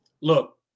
Look